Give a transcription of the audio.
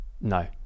no